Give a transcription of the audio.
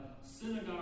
synagogue